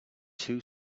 two